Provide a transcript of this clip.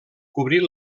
cobrir